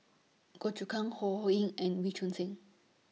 Goh Choon Kang Ho Ho Ying and Wee Choon Seng